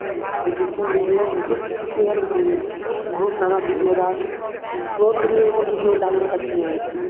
editing video हुनकेसँ सिखलियनि हम बहुत सारा वीडियो डाल ओ डेली एगो वीडियो डालै छथिन